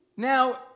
Now